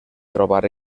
trobar